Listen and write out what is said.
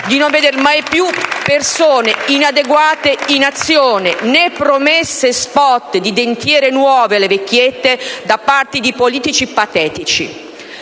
di non veder mai più persone inadeguate in azione, né promesse *spot* di dentiere nuove alle vecchiette da parte di politici patetici.